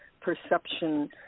perception